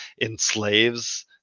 enslaves